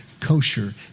kosher